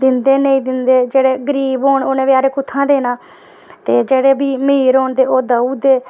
दिंदे नेईं दिंदे जेह्ड़े गरीब होन उ'नें कुत्थूं देना ते जेह्ड़े भी अमीर होन ओह् देई ओड़दे